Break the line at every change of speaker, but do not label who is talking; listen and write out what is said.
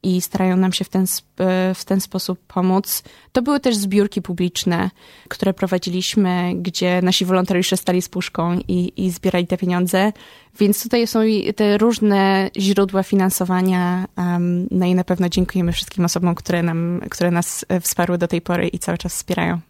i starają nam się w ten sp- e, w ten sposób pomóc. To były też zbiórki publiczne, które prowadziliśmy, gdzie nasi wolontariusze stali z puszką i- i zbierali te pieniądze. Więc tutaj są i te różne źródła finansowania, em, no i na pewno dziękujemy wszystkim osobom, które nam- które nas, e, wsparły do tej pory i cały czas wspierają.